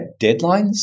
deadlines